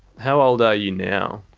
how old are you now?